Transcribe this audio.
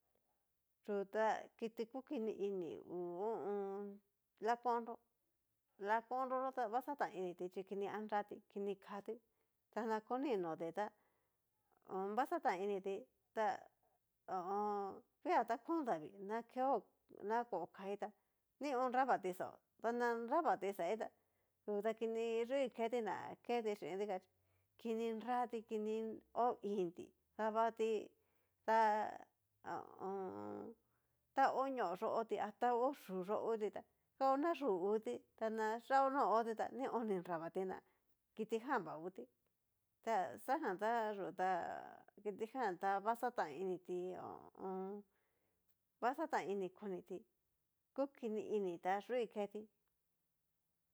Yu ta kiti kukini ngu lakondró, lakonro yó ta vaxata initi chí kini anratí, kini kati ta na koni noti tá, hon va xatainiti ta ho o on. via na kon davii na keo na kó kaí tá nion nravati xaó, tana nravati xaí tayú ta kini yúi keti ná naketi xhin dikan xhí kini nratí, kini hó inti davati ho o on. ta hó ñóo yó oti a ta hó yú yo hoti tá, kao no yú uti ta na xaó no oti ta nión ni nravati ná kitijan vá ngutí, taxajan ta yú ta kitijan ta vaxataini ti ho o on. vaxata ini koniti kukini ini ta yui ketí.